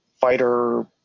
fighter